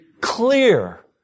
clear